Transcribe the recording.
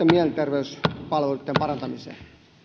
mielenterveyspalveluitten parantamiseen